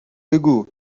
بگو